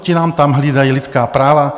Ti nám tam hlídají lidská práva.